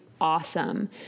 awesome